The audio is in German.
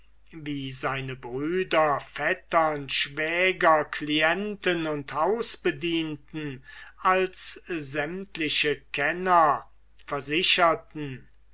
wie seine brüder vettern schwäger clienten und hausbedienten als sämtliche kenner versicherten